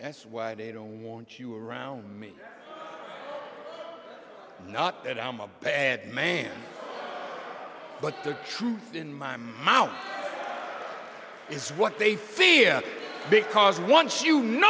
that's why they don't want you around me not that i'm a bad man but the truth in my mouth is what they fear because once you know